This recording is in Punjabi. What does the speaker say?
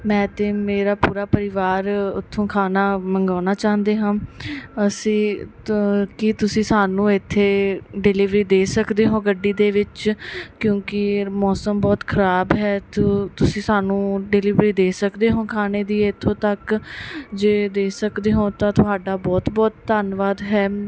ਮੈਂ ਤੇ ਮੇਰਾ ਪੂਰਾ ਪਰਿਵਾਰ ਉਥੋਂ ਖਾਨਾ ਮੰਗਾਉਣਾ ਚਾਹੁੰਦੇ ਹਾਂ ਅਸੀਂ ਕੀ ਤੁਸੀਂ ਸਾਨੂੰ ਇੱਥੇ ਡਿਲੀਵਰੀ ਦੇ ਸਕਦੇ ਹੋ ਗੱਡੀ ਦੇ ਵਿੱਚ ਕਿਉਂਕਿ ਮੌਸਮ ਬਹੁਤ ਖਰਾਬ ਹੈ ਜੋ ਤੁਸੀਂ ਸਾਨੂੰ ਡਿਲੀਵਰੀ ਦੇ ਸਕਦੇ ਹੋ ਖਾਣੇ ਦੀ ਇਥੋਂ ਤੱਕ ਜੇ ਦੇ ਸਕਦੇ ਹੋ ਤਾਂ ਤੁਹਾਡਾ ਬਹੁਤ ਬਹੁਤ ਧੰਨਵਾਦ ਹੈ